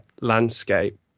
landscape